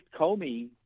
Comey